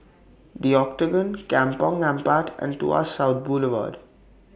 The Octagon Kampong Ampat and Tuas South Boulevard